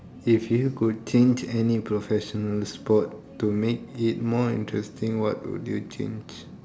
if you could change any professional sport to make it more interesting what would you change